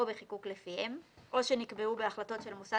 או בחיקוק לפיהם או שנקבעו בהחלטות של מוסד